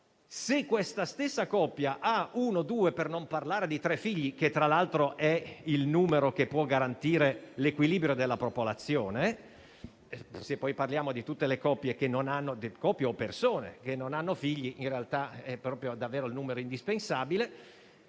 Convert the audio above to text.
Se questa stessa coppia ha uno o due, per non parlare di tre figli (che tra l'altro è il numero che può garantire l'equilibrio della popolazione: considerate tutte le coppie o persone che non hanno figli, è davvero il numero indispensabile),